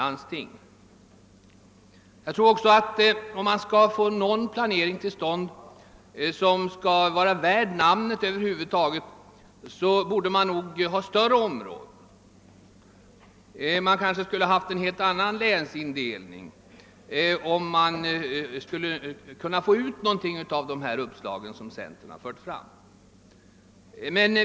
Om man skall kunna få till stånd en planering, som över huvud taget kan vara värd namnet, borde man nog ha större områden till förfogande. Kanske borde man ha en helt annan länsindelning för att få ut något av de uppslag som centerpartiet fört fram.